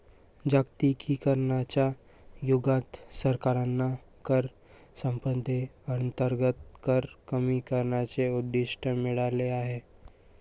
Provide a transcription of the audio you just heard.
जागतिकीकरणाच्या युगात सरकारांना कर स्पर्धेअंतर्गत कर कमी करण्याचे उद्दिष्ट मिळाले आहे